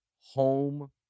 home